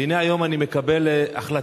והנה היום אני מקבל החלטה